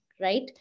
right